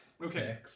Okay